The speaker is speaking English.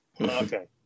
Okay